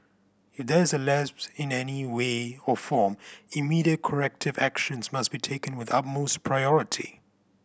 if there is a lapse in any way or form immediate corrective actions must be taken with utmost priority